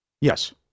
Yes